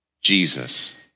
Jesus